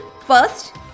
first